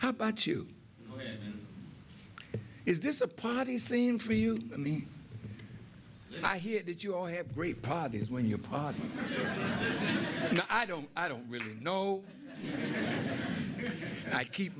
how about you is this a party scene for you i mean i hear that you all have great parties when your party i don't i don't really know i keep